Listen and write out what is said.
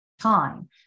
time